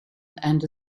and